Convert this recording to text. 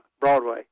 Broadway